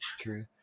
true